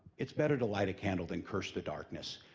it's better to light a candle than curse the darkness.